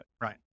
Right